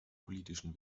politischen